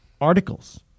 articles